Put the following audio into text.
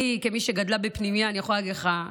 כמי שגדלה בפנימייה אני יכולה להגיד לך,